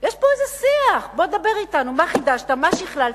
יש פה איזה שיח, בוא דבר אתנו מה חידשת, מה שכללת.